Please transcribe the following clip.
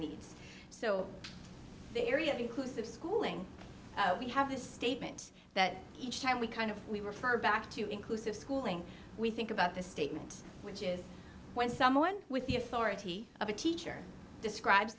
needs so the area because of schooling we have this statement that each time we kind of we refer back to inclusive schooling we think about this statement which is when someone with the authority of a teacher describes